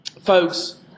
folks